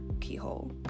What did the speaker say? keyhole